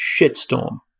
shitstorm